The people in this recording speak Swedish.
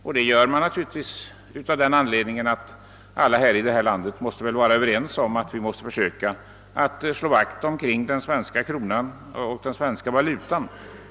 Orsaken är naturligtvis att vi alla måste bidra till vakthållningen kring den svenska kronan, kring den svenska valutan.